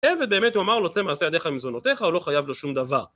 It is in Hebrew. ובאמת הוא אמר לו, צא מעשה ידיך במזונותיך, הוא לא חייב לו שום דבר.